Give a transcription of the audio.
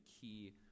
key